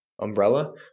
umbrella